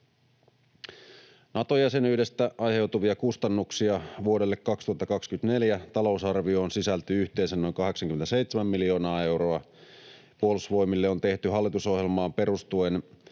Nato-jäsenyydestä aiheutuvia kustannuksia vuodelle 2024 talousarvioon sisältyy yhteensä noin 87 miljoonaa euroa. Puolustusvoimille on tehty hallitusohjelmaan perustuen